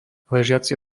ležiaci